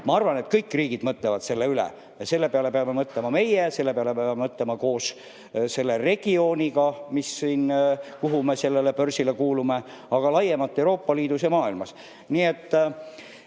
ma arvan, et kõik riigid mõtlevad selle üle ja selle peale peame mõtlema ka meie. Selle peale peame mõtlema koos selle regiooniga, kuhu me sellel börsil kuulume, aga laiemalt Euroopa Liidus ja maailmas. Nii